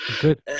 good